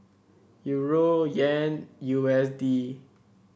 Euro Yen U S D